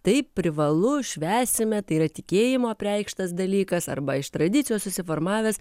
taip privalu švęsime tai yra tikėjimo apreikštas dalykas arba iš tradicijos susiformavęs